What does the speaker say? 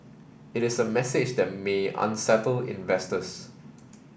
it is a message that may unsettle investors